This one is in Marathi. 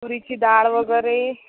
तुरीची डाळ वगैरे